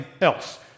else